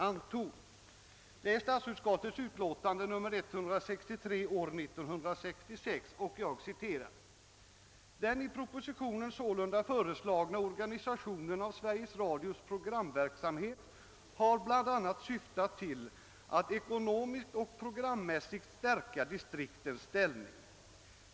Jag citerar alltså statsutskottets utlåtande nr 163 år 1966: »Den i propositionen sålunda föreslagna organisationen av Sveriges Radios programverksamhet har bl.a. syftat till att ekonomiskt och programmässigt stärka distriktens ställning.